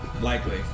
Likely